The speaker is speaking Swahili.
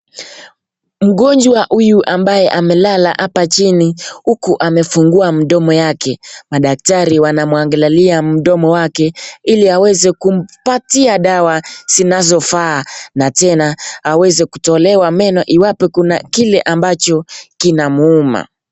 Mgonjwa huyu ambaye amelala hapa chini huku amefungua mdomo yake madaktari wanamwangalia mdomo wake ili aweze kumpatia dawa zinazofaa na tena aweze kutolewa meno iwapo kuna kile ambacho kina muuma.